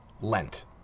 Lent